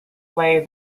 play